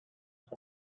were